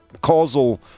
causal